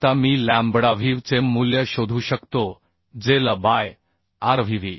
आता मी लॅम्बडाVV चे मूल्य शोधू शकतो जे L बाय RVV व्ही